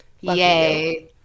Yay